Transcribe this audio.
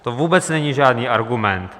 To vůbec není žádný argument.